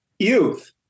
Youth